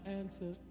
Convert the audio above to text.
answer